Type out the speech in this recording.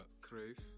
Crave